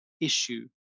issue